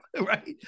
right